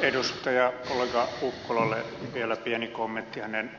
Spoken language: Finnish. edustajakollega ukkolalle vielä pieni kommentti hänen